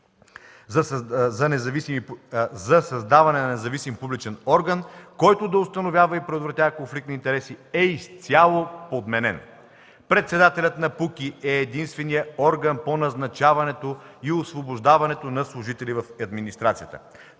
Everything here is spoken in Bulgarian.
за създаване на независим публичен орган, който да установява и предотвратява конфликт на интереси, е изцяло подменен. Председателят на КПУКИ е единственият орган по назначаване и освобождаване на служителите в администрацията.